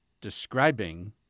describing